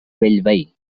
bellvei